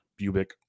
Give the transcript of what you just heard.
Bubik